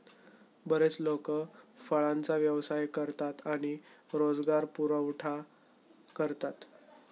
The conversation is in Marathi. बरेच लोक फळांचा व्यवसाय करतात आणि रोजगार पुरवठा करतात